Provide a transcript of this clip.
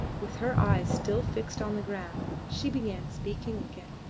with her eyes still fixed on the ground she began speaking again.